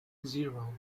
zero